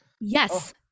Yes